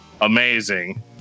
amazing